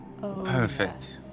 Perfect